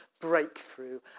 breakthrough